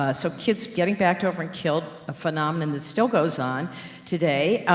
ah so kids getting backed over and killed, a phenomenon, that still goes on today, ah,